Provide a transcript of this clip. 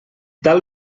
tal